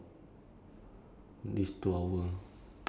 ya my two hours at work is only fourteen